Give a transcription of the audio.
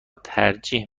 ترجیح